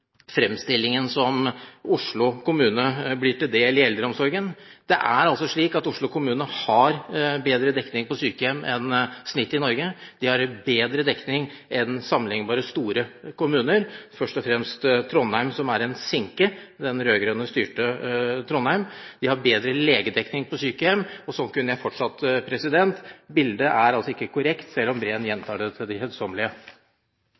fremstillingen som blir Oslo kommune til del i eldreomsorgen. Det er slik at Oslo kommune har bedre dekning av sykehjem enn snittet i Norge. De har bedre dekning enn sammenlignbare store kommuner – først og fremst rød-grøntstyrte Trondheim, som er en sinke – og de har bedre legedekning på sykehjem. Slik kunne jeg fortsatt. Bildet er ikke korrekt, selv om